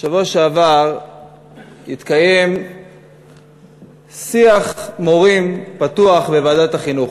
בשבוע שעבר התקיים שיח מורים פתוח בוועדת החינוך.